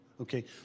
Okay